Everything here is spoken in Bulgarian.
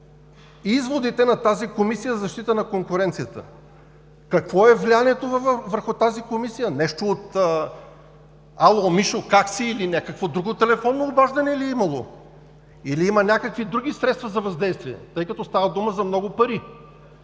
изводите на тази Комисия за защита на конкуренцията? Какво е влиянието върху тази Комисия – нещо от „Ало, Мишо, как си?“, или някакво друго телефонно обаждане ли е имало? Или има някакви други средства за въздействие, тъй като става дума за много пари?